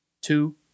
two